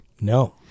no